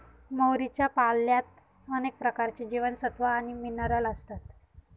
मोहरीच्या पाल्यात अनेक प्रकारचे जीवनसत्व आणि मिनरल असतात